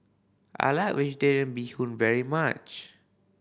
I like Vegetarian Bee Hoon very much